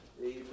Amen